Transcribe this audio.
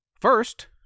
first